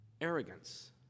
arrogance